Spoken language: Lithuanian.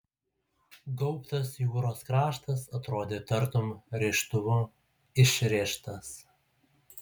gaubtas jūros kraštas atrodė tartum rėžtuvu išrėžtas